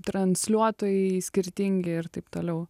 transliuotojai skirtingi ir taip toliau